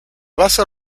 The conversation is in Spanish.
base